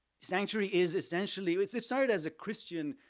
sanctuary is essentially, it started as a christian,